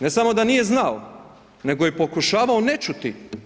Ne samo da nije znao, nego je i pokušavao ne čuti.